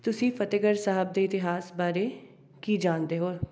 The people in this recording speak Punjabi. ਤੁਸੀਂ ਫਤਿਹਗੜ੍ਹ ਸਾਹਬ ਦੇ ਇਤਿਹਾਸ ਬਾਰੇ ਕੀ ਜਾਣਦੇ ਹੋ